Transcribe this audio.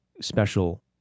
special